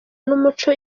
n’umuco